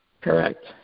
correct